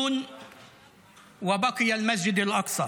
הוא אמר "אללה אכבר".